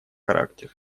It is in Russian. характер